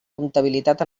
comptabilitat